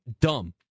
dumb